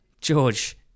George